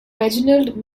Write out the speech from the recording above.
reginald